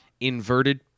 inverted